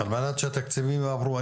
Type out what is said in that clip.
על מנת שהתקציבים יעברו.